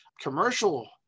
commercial